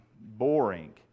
boring